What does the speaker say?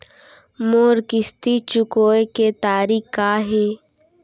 मोर किस्ती चुकोय के तारीक का हे?